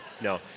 no